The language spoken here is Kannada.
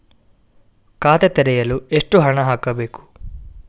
ಖಾತೆ ತೆರೆಯಲು ಎಷ್ಟು ಹಣ ಹಾಕಬೇಕು?